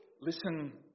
listen